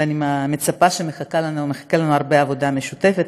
ואני מצפה שמחכה לנו הרבה עבודה משותפת,